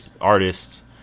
artists